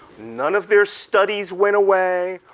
none of their studies went away.